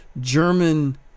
German